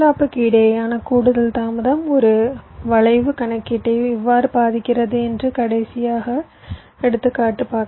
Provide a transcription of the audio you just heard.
flip ஃப்ளாப்புக்கு இடையேயான கூடுதல் தாமதம் ஒரு வளைவு கணக்கீட்டை எவ்வாறு பாதிக்கிறது என்ற கடைசி எடுத்துக்காட்டு